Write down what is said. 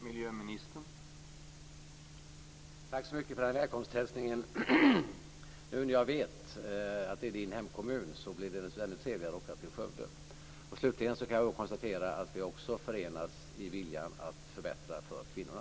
Herr talman! Tack så mycket för den välkomsthälsningen! Nu när jag vet att det är din hemkommun, Ulla-Britt, så blir det ännu trevligare att åka till Skövde! Slutligen kan jag också konstatera att vi också förenas i viljan att förbättra för kvinnorna.